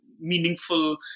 meaningful